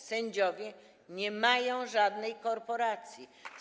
Sędziowie nie mają żadnej korporacji.